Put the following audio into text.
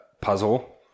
puzzle